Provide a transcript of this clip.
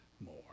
more